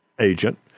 agent